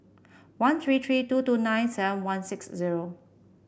one three three two two nine seven one six zero